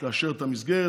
תאשר את המסגרת,